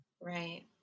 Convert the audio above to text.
Right